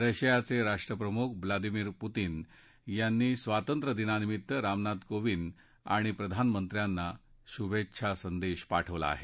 रशियाचे राष्ट्रप्रमुख Vladimir Putin यांनी स्वांतत्र्यदिनानिमित्त रामनाथ कोविद आणि प्रधानमंत्र्यांना शुभेच्छा संदेश पाठवला आहे